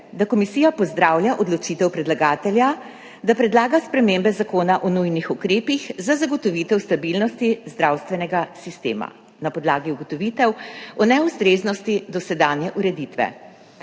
da komisija pozdravlja odločitev predlagatelja, da predlaga spremembe Zakona o nujnih ukrepih za zagotovitev stabilnosti zdravstvenega sistema na podlagi ugotovitev o neustreznosti dosedanje ureditve.